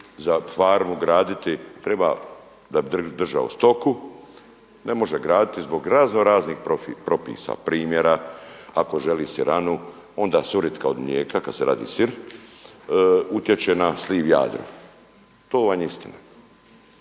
za farmu graditi treba da bi držao stoku ne može graditi zbog razno raznih propisa, primjera ako želi siranu onda suritka od mlijeka kad se radi sir utječe na sliv …/Govornik se ne